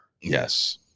Yes